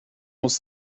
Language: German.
muss